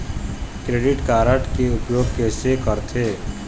Credit card के उपयोग कैसे करथे?